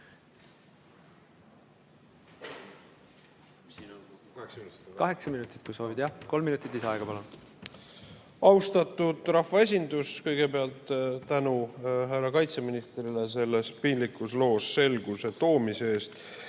minutit, kolm minutit lisaaega. Austatud rahvaesindus! Kõigepealt tänu härra kaitseministrile selles piinlikus loos selguse toomise eest!